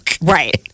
right